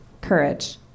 Courage